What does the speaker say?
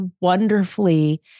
wonderfully